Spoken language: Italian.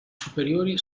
superiori